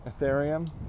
Ethereum